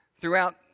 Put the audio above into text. throughout